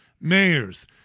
mayors